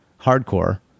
hardcore